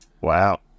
wow